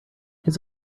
his